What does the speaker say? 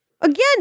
Again